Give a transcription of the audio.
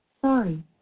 Sorry